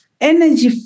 energy